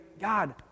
God